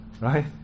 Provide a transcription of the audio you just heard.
Right